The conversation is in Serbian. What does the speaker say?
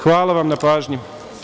Hvala vam na pažnji.